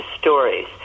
stories